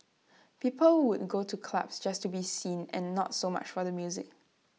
people would go to clubs just to be seen and not so much for the music